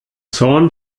zorn